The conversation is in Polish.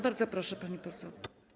Bardzo proszę, pani poseł.